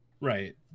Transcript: right